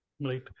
Right